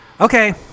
Okay